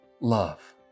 love